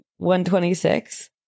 126